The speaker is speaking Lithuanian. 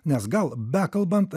nes gal bekalbant